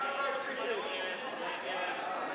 ההצעה להסיר מסדר-היום את